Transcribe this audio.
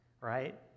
right